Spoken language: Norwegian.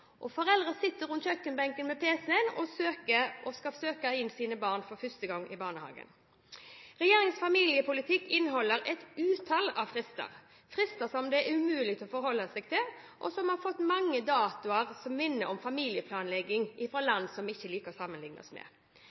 og foreldre sitter rundt kjøkkenbordet med pc-en og skal søke barnehageplass for sine barn for første gang. Regjeringens familiepolitikk inneholder et utall av frister, frister som det er umulig å forholde seg til, og mange datoer som minner om familieplanlegging i land som vi ikke liker å sammenligne oss med.